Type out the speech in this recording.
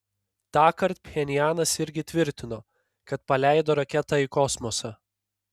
tąkart pchenjanas irgi tvirtino kad paleido raketą į kosmosą